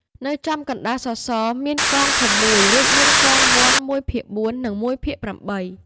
នៅចំកណ្ដាលសសរមានកងធំមួយ រួចមានកងវណ្ឌមួយភាគបួន និងមួយភាគប្រាំបី។